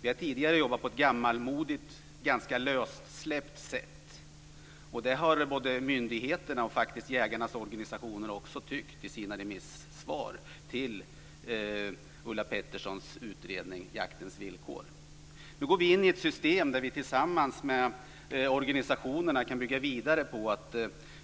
Vi har tidigare jobbat på ett gammalmodigt ganska lössläppt sätt, och det har både myndigheterna och faktiskt också jägarnas organisationer tyckt i sina remissvar till Ulla Petterssons utredning Nu går vi in i ett system där vi tillsammans med organisationerna kan bygga vidare på att